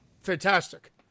Fantastic